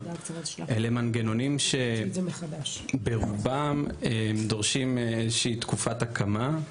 אלה מנגנונים שרובם דורשים איזושהי תקופת הקמה,